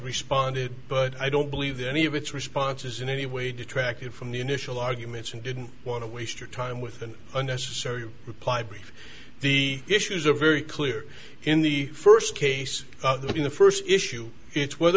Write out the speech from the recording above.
responded but i don't believe that any of its responses in any way detracted from the initial arguments and didn't want to waste your time with an unnecessary reply brief the issues are very clear in the first case in the first issue it's whether